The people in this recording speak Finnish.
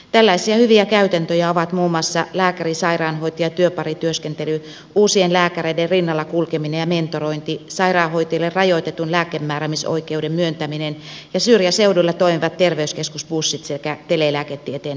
tällaisia hyviä käytäntöjä ovat muun muassa lääkärisairaanhoitaja työparityöskentely uusien lääkäreiden rinnalla kulkeminen ja mentorointi sairaanhoitajille rajoitetun lääkemääräämisoi keuden myöntäminen ja syrjäseuduilla toimivat terveyskeskusbussit sekä telelääketieteen hyödyntäminen